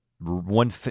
one